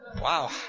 wow